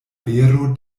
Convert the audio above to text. vero